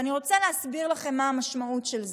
ואני רוצה להסביר לכם מה המשמעות של זה.